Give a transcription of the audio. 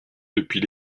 depuis